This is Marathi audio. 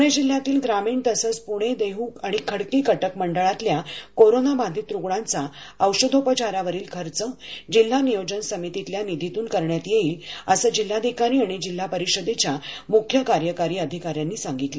पुणे जिल्ह्यातील ग्रामीण तसंच पुणे देहू आणि खडकी कटक मंडळातील कोरोनाबाधित रुग्णांचा औषधोपचारावरील खर्च जिल्हा नियोजन समितीतील निधीतून करण्यात येईल असं जिल्हाधिकारी आणि जिल्हा परिषदेच्या मुख्य कार्यकारी अधिकाऱ्यांनी सांगितलं